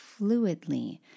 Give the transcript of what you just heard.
fluidly